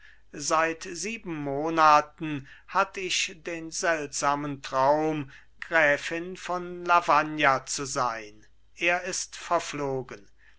seit sieben monaten hatt ich den seltsamen traum gräfin von lavagna zu sein er ist verflogen